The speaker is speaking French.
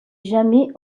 jamais